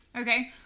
Okay